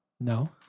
No